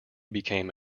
became